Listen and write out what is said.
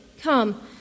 come